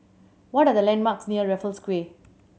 what are the landmarks near Raffles Quay